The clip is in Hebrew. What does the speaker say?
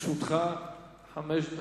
לרשותך חמש דקות.